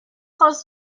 closed